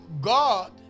God